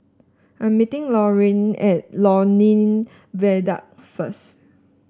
I'm meeting Laureen at Lornie Viaduct first